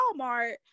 Walmart